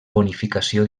bonificació